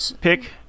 pick